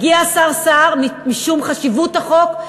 הוא הגיע משום חשיבות החוק.